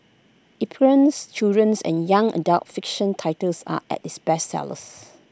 epigram's childrens and young adult fiction titles are its bestsellers